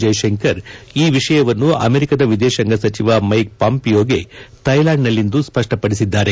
ಜೈಶಂಕರ್ ಈ ವಿಷಯವನ್ನು ಅಮೆರಿಕದ ವಿದೇಶಾಂಗ ಸಚಿವ ಮೈಕ್ ಪಾಂಪಿಯೋಗೆ ಥೈಲ್ಯಾಂಡ್ ನಲ್ಲಿಂದು ಸ್ಪಡ್ವಪಡಿಸಿದ್ದಾರೆ